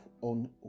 on